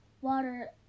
water